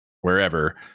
wherever